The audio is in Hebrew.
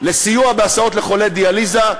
לסיוע בהסעות לחולי דיאליזה,